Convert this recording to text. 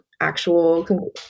actual